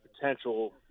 potential